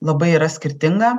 labai yra skirtinga